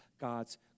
God's